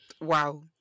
Wow